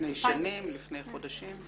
לפני שנים, לפני חודשים?